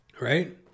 right